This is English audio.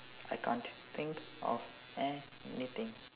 I can't think of anything